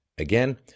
Again